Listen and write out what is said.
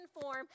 form